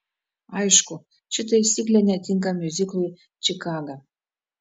aišku ši taisyklė netinka miuziklui čikaga